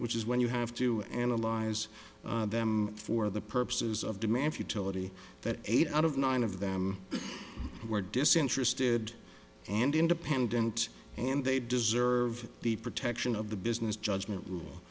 which is when you have to analyze them for the purposes of demand futility that eight out of nine of them were disinterested and independent and they deserve the protection of the business judgment